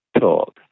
talk